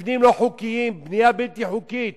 מבנים לא חוקיים, בנייה בלתי חוקית.